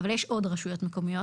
אבל יש עוד רשויות מקומיות.